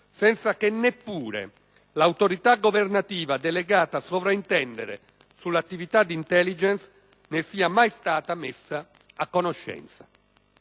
senza che neppure l'autorità governativa delegata a sovrintendere sull'attività di *intelligence* ne sia mai stata messa a conoscenza.